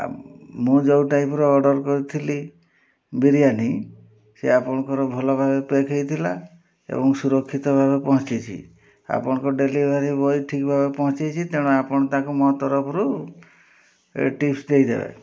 ଆଉ ମୁଁ ଯେଉଁ ଟାଇପ୍ର ଅର୍ଡ଼ର୍ କରିଥିଲି ବିରିୟାନୀ ସେ ଆପଣଙ୍କର ଭଲ ଭାବେ ପ୍ୟାକ୍ ହେଇଥିଲା ଏବଂ ସୁରକ୍ଷିତ ଭାବେ ପହଞ୍ଚିଛି ଆପଣଙ୍କ ଡେଲିଭରି ବଏ ଠିକ୍ ଭାବେ ପହଞ୍ଚାଇଛି ତେଣୁ ଆପଣ ତାଙ୍କୁ ମୋ ତରଫରୁ ଟିପ୍ସ୍ ଦେଇଦେବେ